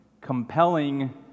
compelling